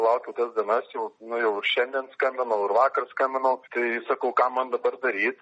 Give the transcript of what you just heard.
laukiu tas dienas jau nu jau šiandien skambinau ir vakar skambinau tai sakau ką man dabar daryt